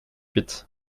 huit